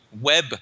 web